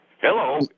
hello